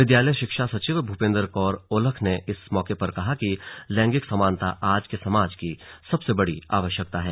विद्यालयी शिक्षा सचिव भुपिन्दर कौर औलख ने इस मौके पर कहा कि लैंगिक समानता आज के समाज की सबसे बड़ी आवश्यकता है